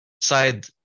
side